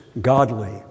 godly